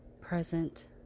present